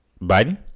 Biden